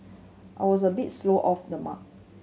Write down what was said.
I was a bit slow off the mark